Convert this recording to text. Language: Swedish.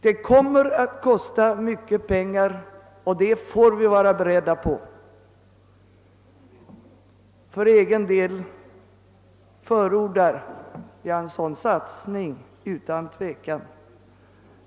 Vi får vara beredda på att det kommer att kosta mycket pengar, men för egen del förordar jag utan tvekan en sådan satsning.